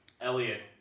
Elliot